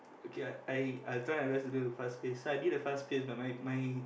okay I I I'll try my best to do a fast pace so I did a fast pace but my my